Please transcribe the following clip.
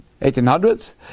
1800s